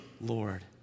Lord